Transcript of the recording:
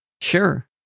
Sure